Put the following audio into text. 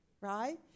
right